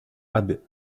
abe